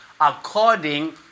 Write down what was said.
According